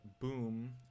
boom